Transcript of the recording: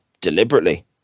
deliberately